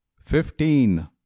Fifteen